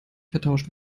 vertauscht